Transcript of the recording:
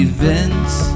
Events